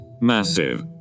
Massive